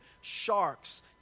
sharks